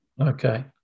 Okay